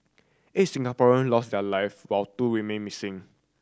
eight Singaporean lost their live while two remain missing